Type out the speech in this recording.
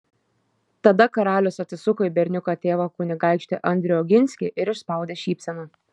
tada karalius atsisuko į berniuko tėvą kunigaikštį andrių oginskį ir išspaudė šypseną